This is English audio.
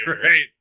great